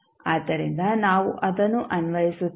ಆದ್ದರಿಂದ ನಾವು ಅದನ್ನು ಅನ್ವಯಿಸುತ್ತೇವೆ